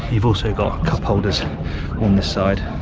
you've also got cup holders on this side